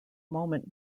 moment